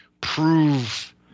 prove